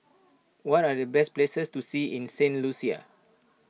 what are the best places to see in Saint Lucia